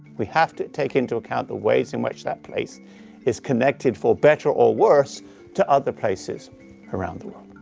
we have to take into account the ways in which that place is connected for better or worse to other places around the world.